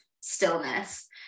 stillness